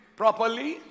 properly